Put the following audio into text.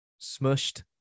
smushed